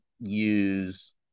use